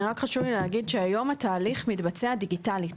רק חשוב לי להגיד שהיום התהליך מתבצע דיגיטלית.